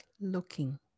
looking